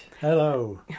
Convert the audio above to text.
Hello